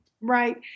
Right